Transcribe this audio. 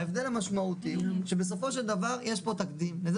ההבדל המשמעותי הוא שבסופו של דבר יש פה תקדים בזה